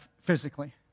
physically